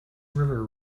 river